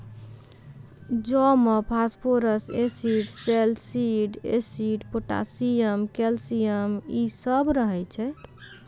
जौ मे phosphorus acid, salicylic acid, potassium, calcium इ सभ रहै छै